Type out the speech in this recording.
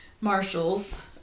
Marshalls